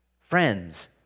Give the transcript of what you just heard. Friends